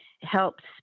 helps